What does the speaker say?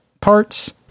parts